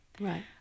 Right